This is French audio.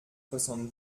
soixante